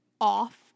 off